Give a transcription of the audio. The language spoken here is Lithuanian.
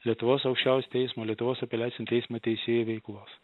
lietuvos aukščiausiojo teismo lietuvos apeliacinio teismo teisėjų veiklos